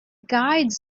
guides